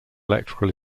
electrical